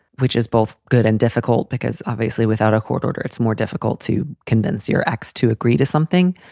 which is both good and difficult, because obviously without a court order, it's more difficult to convince your ex to agree to something.